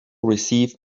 receive